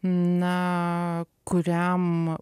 na kuriam